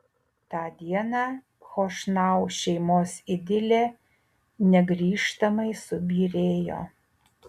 tą dieną chošnau šeimos idilė negrįžtamai subyrėjo